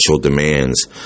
demands